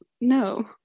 No